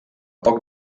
poc